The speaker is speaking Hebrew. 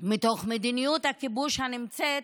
מתוך מדיניות הכיבוש הקיימת,